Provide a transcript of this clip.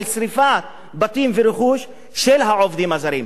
על שרפת בתים ורכוש של העובדים הזרים.